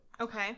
Okay